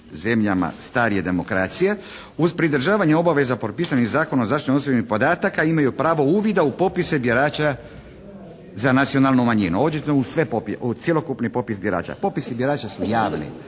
zemljama starije demokracije uz pridržavanje obaveza propisanih Zakonom o zaštiti osobnih podataka imaju pravo uvida u popise birača za nacionalnu manjinu odjednom u cjelokupni popis birača. Popisi birači su javni,